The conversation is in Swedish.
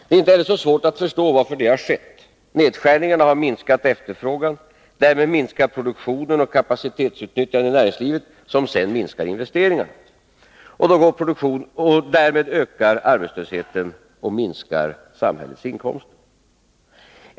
Det är inte heller så svårt att förstå varför detta har skett. Nedskärningarna minskar efterfrågan. Därmed minskar produktionen och kapacitetsutnyttjandet i näringslivet, som sedan minskar investeringarna. Detta ökar arbetslösheten och minskar samhällets inkomster.